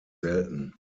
selten